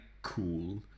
cool